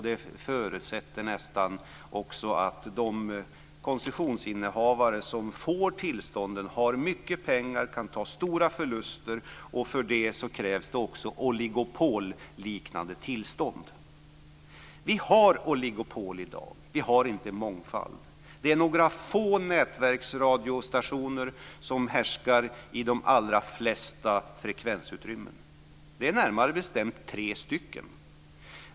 De förutsätter nästan också att de koncessionsinnehavare som får tillstånden har mycket pengar och kan ta stora förluster. Det krävs också oligopolliknande tillstånd. Vi har oligopol i dag - vi har inte mångfald. Det är några få nätverksradiostationer som härskar i de allra flesta frekvensutrymmen - närmare bestämt tre stycken.